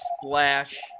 splash